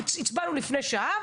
הצבענו לפני שעה,